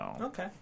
Okay